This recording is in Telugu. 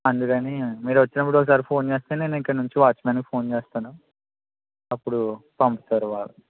అందుకని మీరు వచ్చినప్పుడు ఒకసారి ఫోన్ చేస్తే నేను ఇక్కడ నుంచి వాచ్మ్యాన్కి ఫోన్ చేస్తాను అప్పుడు పంపుతారు వాళ్ళు